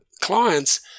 clients